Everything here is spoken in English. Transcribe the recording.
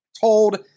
told